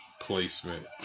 placement